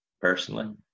personally